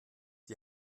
die